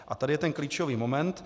A tady je ten klíčový moment.